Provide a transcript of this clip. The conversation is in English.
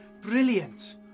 Brilliant